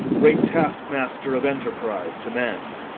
great taskmaster of enterprise to men.